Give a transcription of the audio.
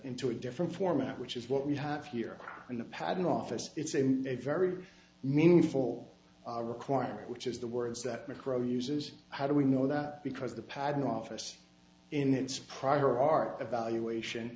into a different format which is what we have here in the patent office it's a very meaningful requirement which is the words that micro uses how do we know that because the patent office in its proper our evaluation